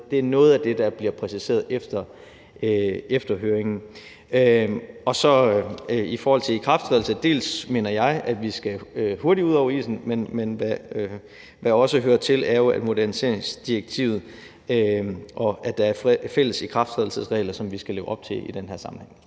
det er noget af det, der bliver præciseret efter høringen. I forhold til ikrafttrædelsen vil jeg sige, at jeg mener, at vi hurtigt skal ud over isen, men hvad der jo også hører til, er moderniseringsdirektivet, og at der er fælles ikrafttrædelsesregler, som vi skal leve op til i den her sammenhæng.